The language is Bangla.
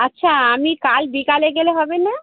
আচ্ছা আমি কাল বিকালে গেলে হবে না